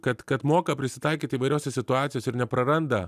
kad kad moka prisitaikyti įvairiose situacijose ir nepraranda